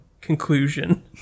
conclusion